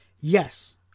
Yes